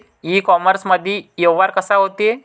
इ कामर्समंदी व्यवहार कसा होते?